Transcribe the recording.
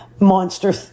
monster